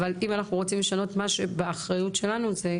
אבל אם אנחנו רוצים לשנות מה שבאחריות שלנו זה,